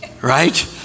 right